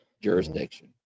jurisdiction